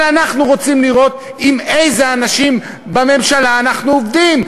אבל אנחנו רוצים לראות עם איזה אנשים בממשלה אנחנו עובדים,